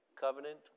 covenant